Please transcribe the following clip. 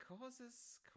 causes